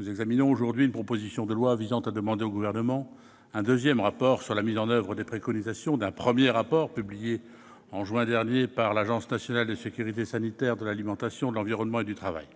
nous examinons une proposition de loi visant à demander au Gouvernement un deuxième rapport sur la mise en oeuvre des préconisations d'un premier rapport publié en juin dernier par l'Agence nationale de sécurité sanitaire de l'alimentation, de l'environnement et du travail.